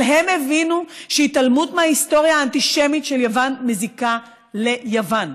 אבל הם הבינו שהתעלמות מההיסטוריה האנטישמית של יוון מזיקה ליוון,